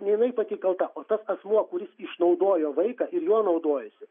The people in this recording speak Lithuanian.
ne jinai pati kalta o tas asmuo kuris išnaudojo vaiką ir juo naudojosi